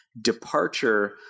departure